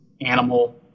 animal